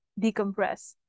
decompress